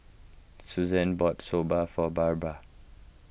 Susanne bought Soba for Barbara